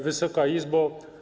Wysoka Izbo!